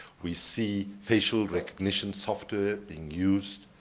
we see facial recognition software being used,